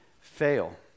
fail